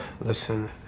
Listen